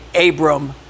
Abram